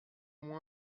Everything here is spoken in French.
moi